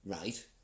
right